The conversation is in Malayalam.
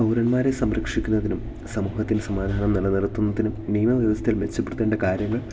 പൗരന്മാരെ സംരക്ഷിക്കുന്നതിനും സമൂഹത്തിൽ സമാധാനം നിലനിർത്തുന്നതിനും നിയമവ്യവസ്ഥയിൽ മെച്ചപ്പെടുത്തേണ്ട കാര്യങ്ങൾ